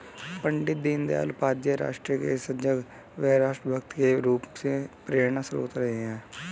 पण्डित दीनदयाल उपाध्याय राष्ट्र के सजग व राष्ट्र भक्त के रूप में प्रेरणास्त्रोत रहे हैं